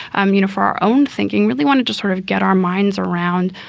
um you know, for our own thinking, really wanted to sort of get our minds around.